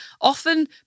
often